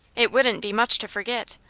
it wouldn't be much to forget.